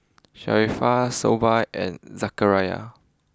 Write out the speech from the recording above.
Sharifah Shoaib and Zakaria